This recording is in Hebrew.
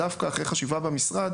אחרי חשיבה במשרד